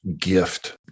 gift